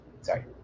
sorry